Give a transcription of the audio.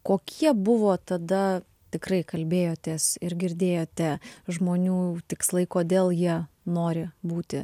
kokie buvo tada tikrai kalbėjotės ir girdėjote žmonių tikslai kodėl jie nori būti